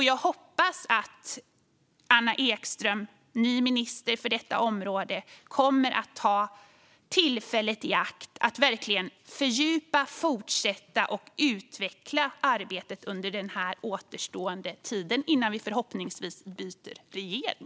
Jag hoppas att Anna Ekström som ny minister för detta område kommer att ta tillfället i akt att verkligen fördjupa, fortsätta och utveckla arbetet under den tid som återstår innan vi förhoppningsvis byter regering.